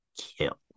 kill